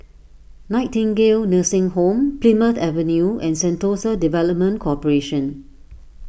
Nightingale Nursing Home Plymouth Avenue and Sentosa Development Corporation